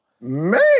Man